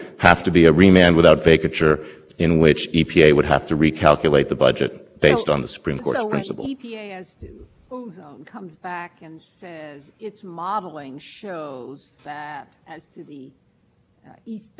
even challenge well on that one it challenged but i just want to go back as to the one hundred dollar under care where you suggesting in response to judge cabinets question that this court should say we remained with instructions